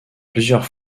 plusieurs